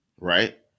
right